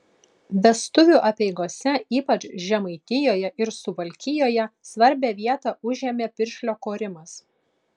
vestuvių apeigose ypač žemaitijoje ir suvalkijoje svarbią vietą užėmė piršlio korimas